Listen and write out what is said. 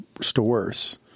stores